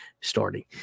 starting